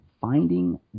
finding